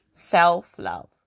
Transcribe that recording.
Self-love